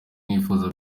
mwifuza